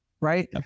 right